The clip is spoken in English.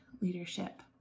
leadership